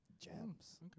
Jams